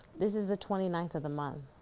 this is the twenty ninth of the month,